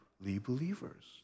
believers